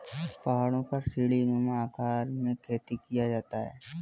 पहाड़ों पर सीढ़ीनुमा आकार में खेती किया जाता है